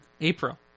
April